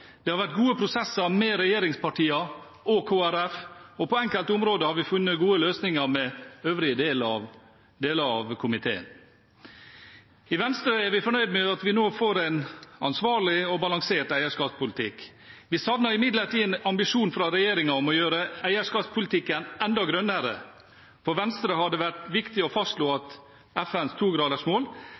Det har vært gode prosesser med regjeringspartiene og Kristelig Folkeparti, og på enkelte områder har vi funnet gode løsninger med øvrige deler av komiteen. I Venstre er vi fornøyd med at vi nå får en ansvarlig og balansert eierskapspolitikk. Vi savner imidlertid en ambisjon fra regjeringen om å gjøre eierskapspolitikken enda grønnere. For Venstre har det vært viktig å fastslå at FNs